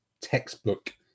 textbook